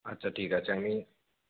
আচ্ছা ঠিক আছে আমি